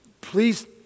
Please